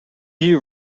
you